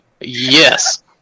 yes